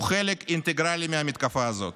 הוא חלק אינטגרלי מהמתקפה הזאת.